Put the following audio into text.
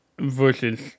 versus